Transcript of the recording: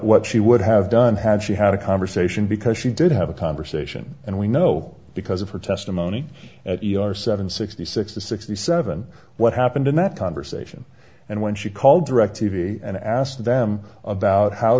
what she would have done had she had a conversation because she did have a conversation and we know because of her testimony at seven sixty six to sixty seven what happened in that conversation and when she called directv and asked them about how